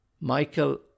Michael